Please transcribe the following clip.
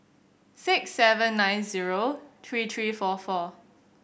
six seven nine zero three three four four